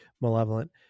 malevolent